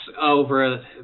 over